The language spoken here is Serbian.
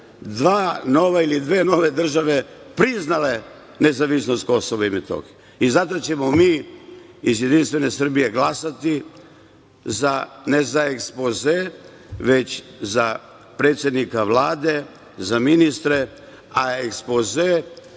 dva nove ili dve nove države priznale nezavisnost Kosova i Metohije. Zato ćemo mi iz Jedinstvene Srbije glasati za, ne za ekspoze, već za predsednika Vlade, za ministre, a ekspoze